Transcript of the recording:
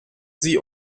sie